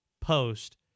post